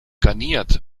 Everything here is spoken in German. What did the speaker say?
garniert